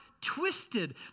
twisted